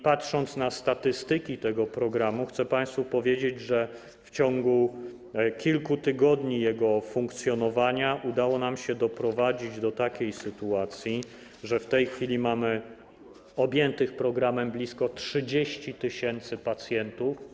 Patrząc na statystyki tego programu, chcę państwu powiedzieć, że w ciągu kilku tygodni jego funkcjonowania udało nam się doprowadzić do takiej sytuacji, że w tej chwili mamy objętych programem blisko 30 tys. pacjentów.